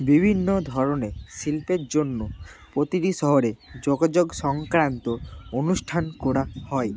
বিভিন্ন ধরনের শিল্পের জন্য প্রতিটি শহরে যোগাযোগ সংক্রান্ত অনুষ্ঠান করা হয়